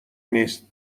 نیست